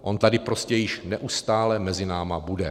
On tady prostě již neustále mezi námi bude.